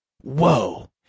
whoa